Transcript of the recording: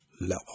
level